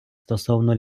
стосовно